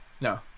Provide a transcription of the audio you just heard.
No